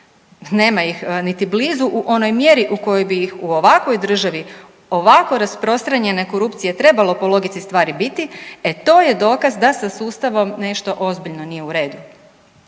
nema ih niti blizu u onoj mjeri u kojoj bi ih, u ovakvoj državi, ovako rasprostranjene korupcije trebalo po logici stvari biti, e to je dokaz da sa sustavom nešto ozbiljno nije u redu.